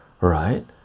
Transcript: right